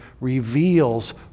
reveals